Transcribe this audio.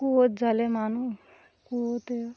কুয়োর জলে মানুষ কুয়োতে